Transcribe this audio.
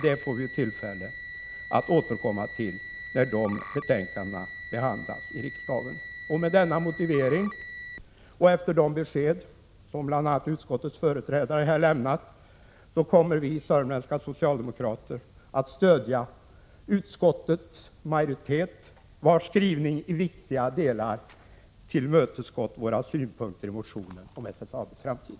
Det får vi tillfälle att återkomma till när det betänkandet behandlas i riksdagen. Med den motiveringen och efter de besked som bl.a. utskottets företrädare här lämnat kommer vi sörmländska socialdemokrater att stödja utskottets majoritet, vars skrivning i viktiga delar tillmötesgått våra synpunkter i motionen om SSAB:s framtid.